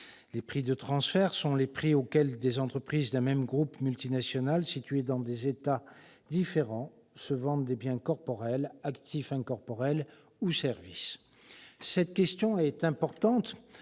aux prix de transfert. Il s'agit des prix auxquels des entreprises d'un même groupe multinational, situées dans des États différents, se vendent des biens corporels, actifs incorporels ou services. Cette question est importante